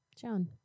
John